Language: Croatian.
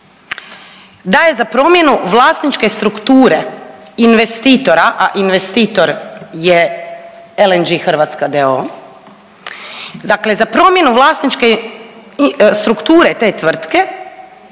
da je za promjenu vlasničke strukture investitora, a investitor je LNG Hrvatska d.o.o., dakle za promjenu vlasničku strukture te tvrtke